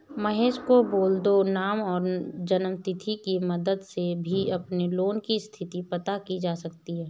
महेश को बोल दो नाम और जन्म तिथि की मदद से भी अपने लोन की स्थति पता की जा सकती है